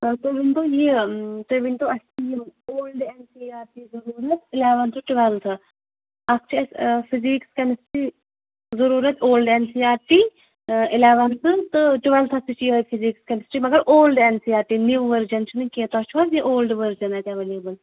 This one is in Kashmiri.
آ تُہۍ ؤنۍتو یہِ تُہۍ ؤنۍتو اَسہِ یِم old N C R T ضُروٗرَت اِلٮ۪ونتھٕ ٹُوٮ۪لتھٕ اَکھ چھِ اَسہِ فِزِیٖکٕس کیمِسٹِری ضُروٗرَتھ old N C R T eleventh تہٕ ٹُوٮ۪لتھس تہِ چھِ یِہوٚے فزِیٖکِس کیٚمِسٹرٛی مگر old N C R T new version چھُنہٕ کیٚنٛہہ تۄہہِ چھُو حظ یہِ اولڈ ؤرجَن اَتہِ ایویلیبل